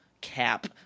cap